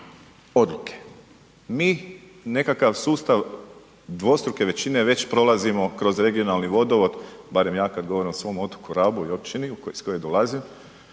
odluke. Mi nekakav sustav dvostruke većine već prolazimo kroz regionalni vodovod, barem ja kad govorim o svom otoku Rabu i općini iz koje dolazim,